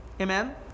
Amen